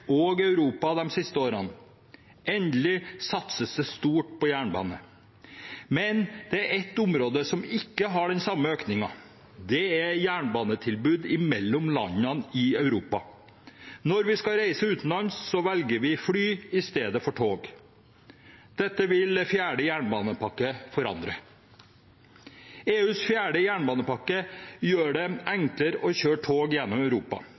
og ellers i Europa de siste årene. Endelig satses det stort på jernbane. Men det er ett område som ikke har den samme økningen. Det er jernbanetilbud mellom landene i Europa. Når vi skal reise utenlands, velger vi fly i stedet for tog. Dette vil fjerde jernbanepakke forandre. EUs fjerde jernbanepakke gjør det enklere å kjøre tog gjennom Europa.